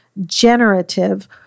generative